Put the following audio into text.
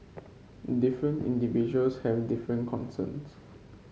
different individuals have different concerns